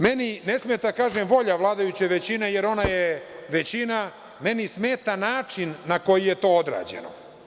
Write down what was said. Meni ne smeta, kažem, volja vladajuće većine, jer ona je većina, meni smeta način na koji je to odrađeno.